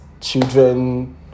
children